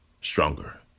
stronger